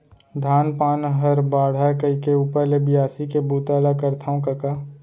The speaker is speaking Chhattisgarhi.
धान पान हर बाढ़य कइके ऊपर ले बियासी के बूता ल करथव कका